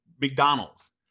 McDonald's